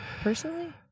personally